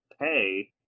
pay